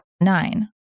nine